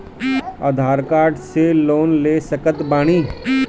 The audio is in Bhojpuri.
आधार कार्ड से लोन ले सकत बणी?